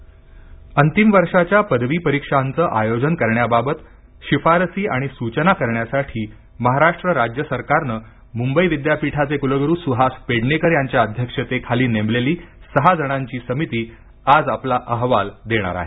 परीक्षा आयोजन अंतिम वर्षाच्या पदवी परीक्षांचं आयोजन करण्याबाबत शिफारसी आणि सूचना करण्यासाठी महाराष्ट्र राज्य सरकारने मुंबई विद्यापीठाचे कुलगुरू सुहास पेडणेकर यांच्या अध्यक्षतेखाली नेमलेली सहा जणांची समिती आज आपला अहवाल देणार आहे